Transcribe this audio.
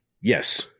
yes